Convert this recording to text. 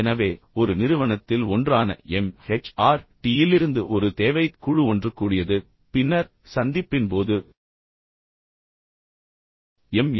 எனவே ஒரு நிறுவனத்தில் ஒன்றான MHRD இலிருந்து ஒரு தேவைக் குழு ஒன்று கூடியது பின்னர் சந்திப்பின் போது எனவே எம்